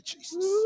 Jesus